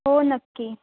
हो नक्की